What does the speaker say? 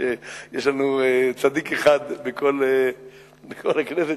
יש לנו צדיק אחד בכל הכנסת,